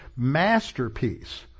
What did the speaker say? masterpiece